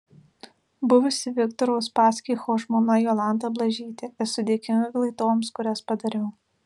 buvusi viktoro uspaskicho žmona jolanta blažytė esu dėkinga klaidoms kurias padariau